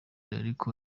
ariko